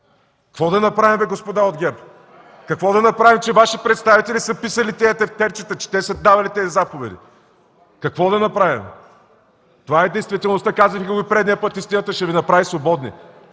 Какво да направим, господа от ГЕРБ? Какво да направим, че Ваши представители са писали тези тефтерчета, че те са давали тези заповеди? Какво да направим? Това е действителността! Казах Ви го и предишния път – истината ще Ви направи свободни.